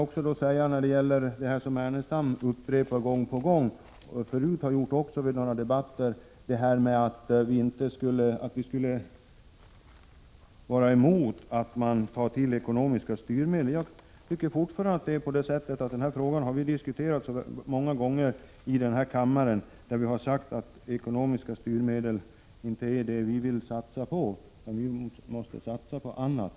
Lars Ernestam har nu upprepat gång på gång, och det har han gjort även i tidigare debatter, att vi socialdemokrater skulle vara emot ekonomiska styrmedel. Jag tycker fortfarande att vi har diskuterat den frågan många gånger, och vi har sagt att ekonomiska styrmedel inte är vad vi vill satsa på. Vi anser att man måste satsa på annat.